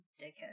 dickhead